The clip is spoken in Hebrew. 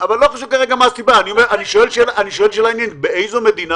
אני שואל שאלה עניינית: באיזו מדינה